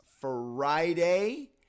Friday